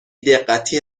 دقتی